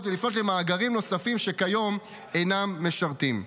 ולפנות למעגלים נוספים שכיום אינם משרתים.